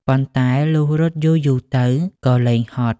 ប៉ុន្តែលុះរត់យូរទៅៗ ក៏លែងហត់។